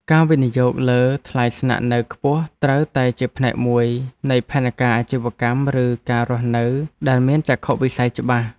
ការវិនិយោគលើថ្លៃស្នាក់នៅខ្ពស់ត្រូវតែជាផ្នែកមួយនៃផែនការអាជីវកម្មឬការរស់នៅដែលមានចក្ខុវិស័យច្បាស់។